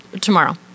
Tomorrow